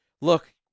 look